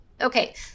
okay